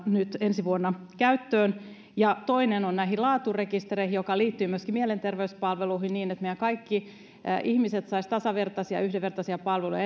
nyt ensi vuonna käyttöön toinen on nämä laaturekisterit joka liittyy myöskin mielenterveyspalveluihin niin että kaikki ihmiset saisivat tasavertaisia ja yhdenvertaisia palveluja